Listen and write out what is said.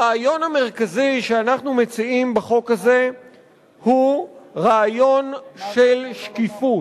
הרעיון המרכזי שאנחנו מציעים בחוק הזה הוא רעיון של שקיפות.